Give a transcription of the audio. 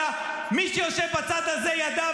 מי שישב בצד הזה ידע.